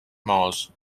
malls